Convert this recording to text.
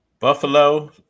Buffalo